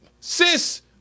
sis